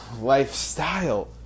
lifestyle